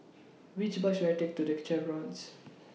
Which Bus should I Take to The Chevrons